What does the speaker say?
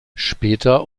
später